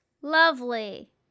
Lovely